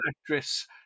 actress